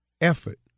effort